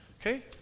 Okay